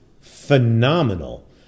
phenomenal